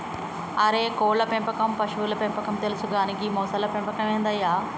అరే కోళ్ళ పెంపకం పశువుల పెంపకం తెలుసు కానీ గీ మొసళ్ల పెంపకం ఏందయ్య